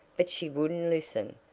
but she wouldn't listen.